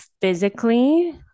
physically